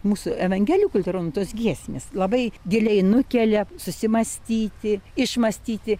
mūsų evangelikų liuteronų tos giesmės labai giliai nukelia susimąstyti išmąstyti